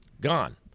gone